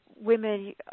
women